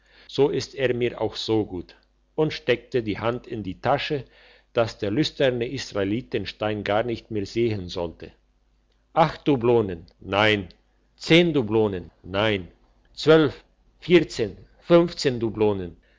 so ist er mir auch so gut und steckte die hand in die tasche dass der lüsterne israelit den stein gar nicht mehr sehen sollte acht dublonen nein zehn dublonen nein zwölf vierzehn fünfzehn